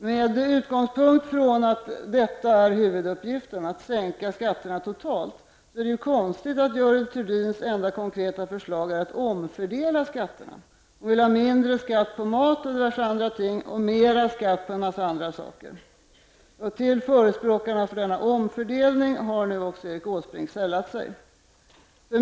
Med utgångspunkt i att det är huvuduppgiften att sänka skatterna totalt sett är det konstigt att Görel Thurdins enda konkreta förslag är att omfördela skatterna. Hon vill ha mindre skatt på mat och diverse andra ting och mer skatt på en mängd andra saker. Till förespråkarna för denna omfördelning har nu också Erik Åsbrink sällat sig.